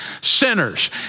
sinners